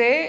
ते